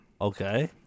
Okay